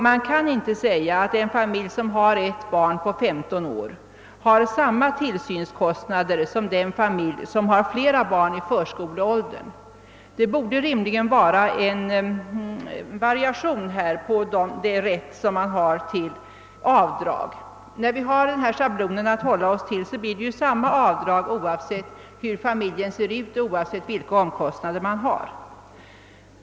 Man kan inte säga att en familj som har ett barn på 15 år har samma tillsynskostnader som en familj som har flera barn i förskoleåldern. Det borde rimligen finnas en variation i rätten till avdrag. Enligt schablonen blir det samma avdrag oavsett hur familjen ser ut och oavsett vilka kostnader den har.